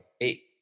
eight